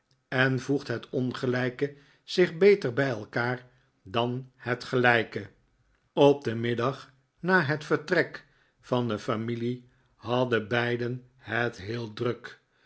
en voegt het ongelijke zich peter bij elkaar dan het gelijke op den middag na het vertrek van de familie hadden beiden het heel druk